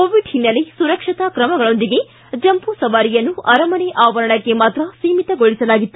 Covid ಹಿನ್ನೆಲೆ ಸುರಕ್ಷತಾ ಕ್ರಮಗಳೊಂದಿಗೆ ಜಂಬೂ ಸವಾರಿಯನ್ನು ಅರಮನೆ ಆವರಣಕ್ಕೆ ಮಾತ್ರ ಸೀಮಿತಗೊಳಿಸಲಾಗಿತ್ತು